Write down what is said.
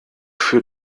für